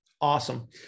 Awesome